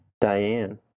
Diane